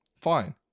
fine